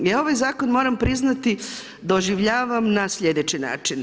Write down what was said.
Ja ovaj zakon moram priznati doživljavam na sljedeći način.